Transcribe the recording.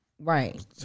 Right